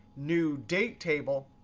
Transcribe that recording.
new, date table,